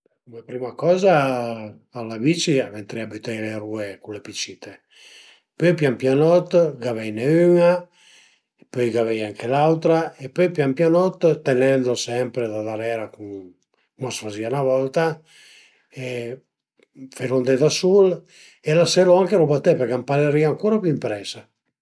Cume prima coza a la bici ventarìa büteie le rue cule pi cite, pöi pian pianot gaveina üna, pöi gaveie anche l'autra e pöi pian pianot tenendlu sempre da darera cum a s'fazìa 'na volta e felu andé da sul e laselu anche rubaté perché a ëmparerìa ancura pi ëmpresa